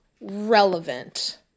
relevant